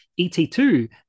et2